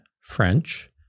French